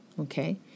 Okay